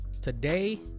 Today